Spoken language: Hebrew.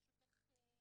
ברשותך,